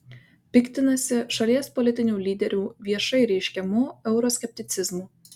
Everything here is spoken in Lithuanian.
piktinasi šalies politinių lyderių viešai reiškiamu euroskepticizmu